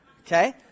Okay